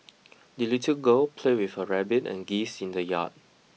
the little girl played with her rabbit and geese in the yard